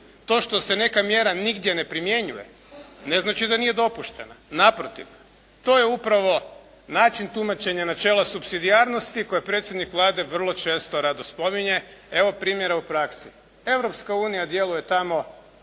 to što se neka mjera nigdje ne primjenjuje ne znači da nije dopuštena. Naprotiv, to je upravo način tumačenja načela supsidijarnosti koje predsjednik Vlade vrlo često rado spominje. Evo primjera u praksi. Europska unija djeluje tamo